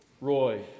Roy